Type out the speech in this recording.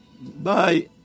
Bye